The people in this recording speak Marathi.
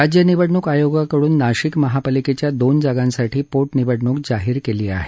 राज्य निवडणूक आयोगाकडून नाशिक महापालिकेच्या दोन जागांसाठी पोट निवडणूक जाहीर केली आहे